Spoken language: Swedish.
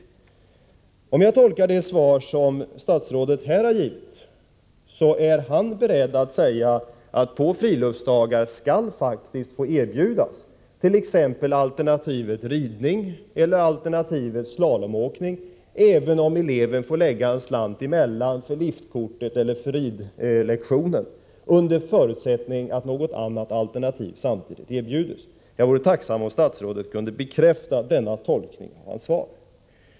Som jag tolkar det svar statsrådet här har givit är han beredd att säga: På friluftsdagar skall faktiskt få erbjudas t.ex. alternativet ridning eller slalom åkning, även om eleven får lägga en slant emellan för liftkortet eller ridlektionen, under förutsättning att något annat alternativ samtidigt erbjuds. Jag vore tacksam om statsrådet kunde bekräfta denna tolkning av hans svar.